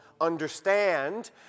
understand